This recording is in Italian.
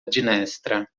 ginestra